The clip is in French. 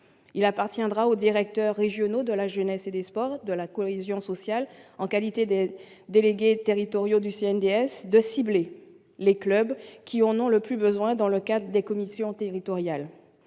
Il appartiendra aux directeurs régionaux de la jeunesse, des sports et de la cohésion sociale, en qualité de délégués territoriaux du CNDS, de cibler les clubs qui en ont le plus besoin, dans le cadre des commissions territoriales.